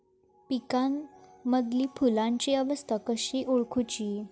पिकांमदिल फुलांची अवस्था कशी ओळखुची?